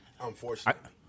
Unfortunately